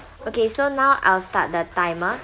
okay so now I'll start the timer